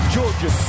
Georgia